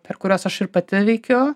per kuriuos aš ir pati veikiu